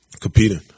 competing